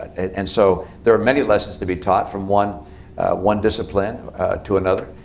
and so there are many lessons to be taught from one one discipline to another.